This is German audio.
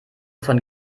von